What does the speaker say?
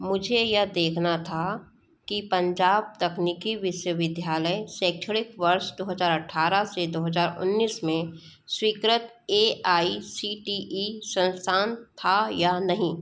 मुझे यह देखना था कि पंजाब तकनीकी विश्वविद्यालय शैक्षणिक वर्ष दो हजार अट्ठारह से दो हजार उन्नीस में स्वीकृत A I C T E संस्थान था या नहीं